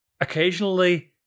Occasionally